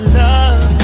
love